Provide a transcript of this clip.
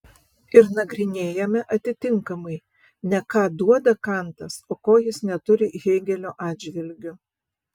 ir nagrinėjame atitinkamai ne ką duoda kantas o ko jis neturi hėgelio atžvilgiu